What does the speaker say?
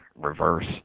reverse